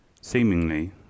Seemingly